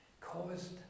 caused